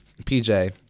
PJ